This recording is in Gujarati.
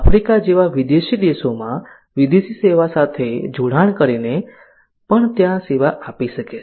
આફ્રિકા જેવા વિદેશી દેશોમાં વિદેશી સેવા સાથે જોડાણ કરીને ને પણ ત્યાં સેવા આપી શકે છે